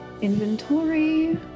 inventory